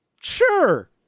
Sure